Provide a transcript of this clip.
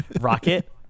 rocket